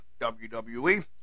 WWE